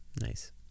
nice